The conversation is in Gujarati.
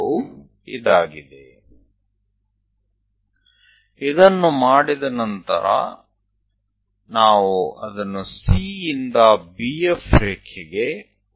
આ એક રસ્તો છે જેના દ્વારા આ ઉપવલયનો એક ચતુર્થાંશ રચી શકાય છે